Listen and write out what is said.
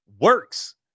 works